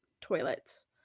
toilets